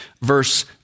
verse